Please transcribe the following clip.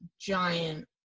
giant